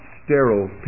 sterile